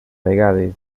vegades